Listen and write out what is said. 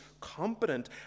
competent